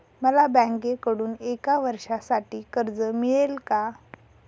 मला बँकेकडून एका वर्षासाठी कर्ज मिळेल का?